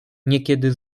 niekiedy